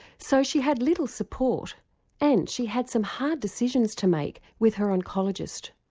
so she had little support and she had some hard decisions to make with her oncologist.